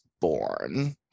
born